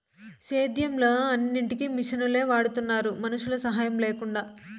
సేద్యంలో అన్నిటికీ మిషనులే వాడుతున్నారు మనుషుల సాహాయం లేకుండా